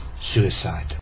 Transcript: Suicide